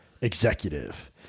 executive